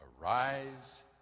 Arise